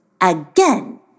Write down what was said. again